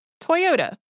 Toyota